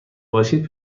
باشید